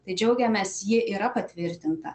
tai džiaugiamės ji yra patvirtinta